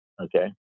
okay